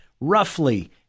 roughly